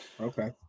Okay